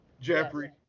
jeffrey